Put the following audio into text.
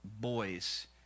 boys